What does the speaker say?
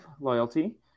loyalty